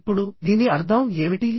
ఇప్పుడు దీని అర్థం ఏమిటి